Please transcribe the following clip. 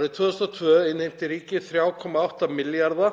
Árið 2002 innheimti ríkið 3,8 milljarða